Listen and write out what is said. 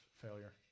failure